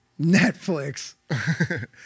Netflix